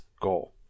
goal